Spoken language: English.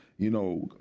you know,